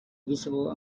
visible